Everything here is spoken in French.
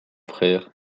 frère